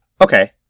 Okay